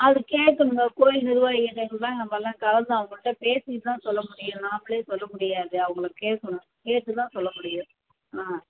அது கேட்கணுங்க கோயில் நிர்வாகிக்கிட்ட இருந்து தான் நம்மள்லாம் கலந்து அவங்களுட்ட பேசிட்டு தான் சொல்ல முடியும் நாங்களே சொல்ல முடியாது அவங்கள கேட்குணும் கேட்டு தான் சொல்ல முடியும் ஆ